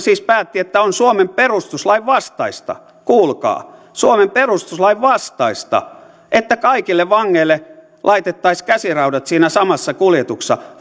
siis päätti että on suomen perustuslain vastaista kuulkaa suomen perustuslain vastaista että kaikille vangeille laitettaisiin käsiraudat siinä samassa kuljetuksessa